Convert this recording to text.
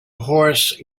horse